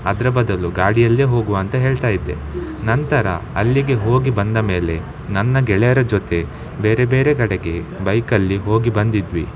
ಅದರ ಬದಲು ಗಾಡಿಯಲ್ಲೇ ಹೋಗುವ ಅಂತ ಹೇಳ್ತಾ ಇದ್ದೆ ನಂತರ ಅಲ್ಲಿಗೆ ಹೋಗಿ ಬಂದ ಮೇಲೆ ನನ್ನ ಗೆಳೆಯರ ಜೊತೆ ಬೇರೆ ಬೇರೆ ಕಡೆಗೆ ಬೈಕಲ್ಲಿ ಹೋಗಿ ಬಂದಿದ್ವಿ